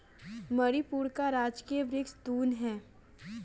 मणिपुर का राजकीय वृक्ष तून है